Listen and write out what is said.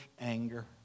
anger